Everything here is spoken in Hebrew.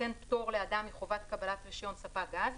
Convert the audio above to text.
ליתן פטור לאדם מחובת קבלת רישיון ספק גז,